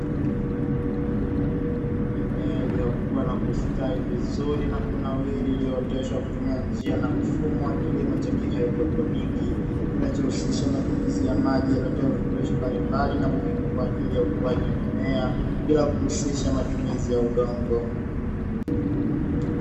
Mimea iliyokua na kustawi vizuri na kunawiri iliyooteshwa kutumia njia na mfumo wa kilimo cha haidroponi; kinachohusisha matumizi ya maji yaliyotiwa virutubisho mbalimbali na muhimu kwa ajili ya ukuaji wa mimea bila kuhusisha matumizi ya udongo.